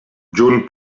juny